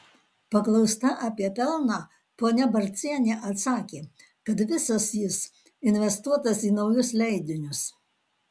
paklausta apie pelną ponia barcienė atsakė kad visas jis investuotas į naujus leidinius